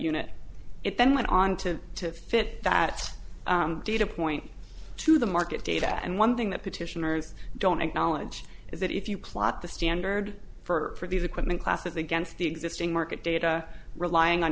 unit it then went on to to fit that data point to the market data and one thing that petitioners don't acknowledge is that if you plot the standard for these equipment classes against the existing market data relying on